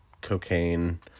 cocaine